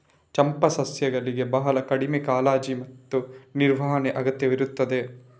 ಚಂಪಾ ಸಸ್ಯಗಳಿಗೆ ಬಹಳ ಕಡಿಮೆ ಕಾಳಜಿ ಮತ್ತು ನಿರ್ವಹಣೆ ಅಗತ್ಯವಿರುತ್ತದೆ